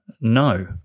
No